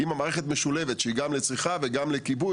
במערכת משולבת שהיא גם לצריכה וגם לכיבוי,